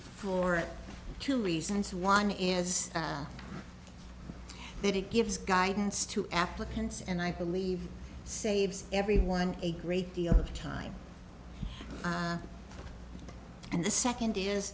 for two reasons one is that it gives guidance to applicants and i believe saves everyone a great deal of time and the second is